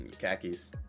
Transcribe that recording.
khakis